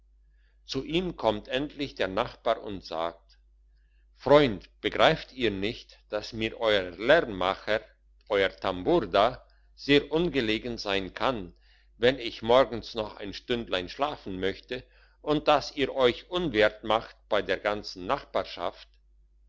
zu ihm kommt endlich der nachbar und sagt freund begreift ihr nicht daß mir euer lärmenmacher euer tambour da sehr ungelegen sein kann wenn ich morgens noch ein stündlein schlafen möchte und daß ihr euch unwert macht bei der ganzen nachbarschaft